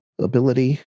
ability